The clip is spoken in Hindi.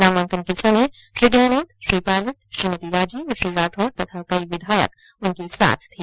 नामांकन के समय श्री गहलोत श्री पायलट श्रीमती राजे और श्री राठौड़ तथा कई विधायक उनके साथ थे